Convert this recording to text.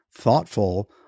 thoughtful